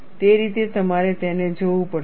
તે રીતે તમારે તેને જોવું પડશે